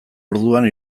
orduan